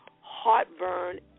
heartburn